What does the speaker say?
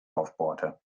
aufbohrte